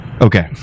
Okay